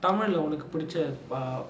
தமிழ்ல உனக்கு புடிச்ச:tamilla unakku pudicha err